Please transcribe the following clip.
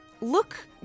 look